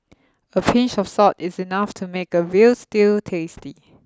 a pinch of salt is enough to make a veal stew tasty